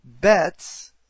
bets